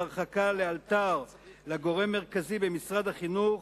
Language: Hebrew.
הרחקה לאלתר לגורם מרכזי במשרד החינוך,